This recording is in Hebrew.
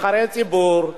נבחרי ציבור,